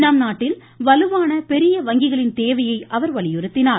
நம்நாட்டில் வலுவான பெரிய வங்கிகளின் தேவையை அவர் வலியுறுத்தினார்